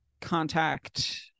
contact